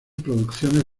producciones